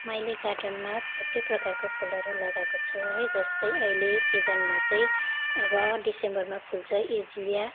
मैले गार्डनमा थुप्रै प्रकारको फुलहरू लगाएको छु है जस्तै अहिले सिजनमा चाहिँ अब दिसम्बरमा फुल्छ इजिलिया